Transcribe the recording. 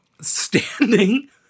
Standing